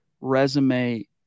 resume